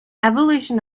evolution